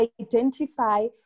identify